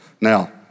Now